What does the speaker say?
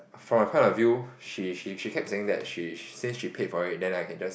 from a point of view she she she kept saying that she she said she paid for it then I can just